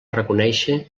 reconèixer